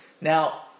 Now